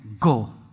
go